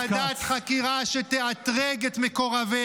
לא תהיה ועדת חקירה שתאתרג את מקורביה,